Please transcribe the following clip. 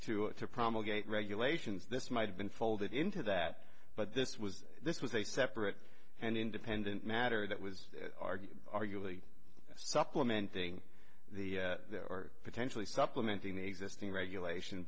it to promulgated regulations this might have been folded into that but this was this was a separate and independent matter that was argued arguably supplementing the or potentially supplementing the existing regulation